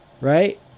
right